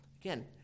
again